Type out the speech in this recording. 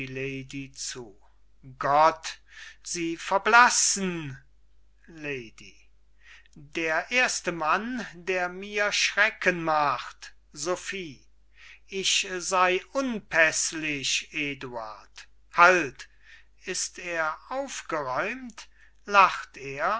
gott sie verblassen lady der erste mann der mir schrecken macht sophie jetzt sei unpäßlich eduard halt ist er aufgeräumt